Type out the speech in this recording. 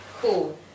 Cool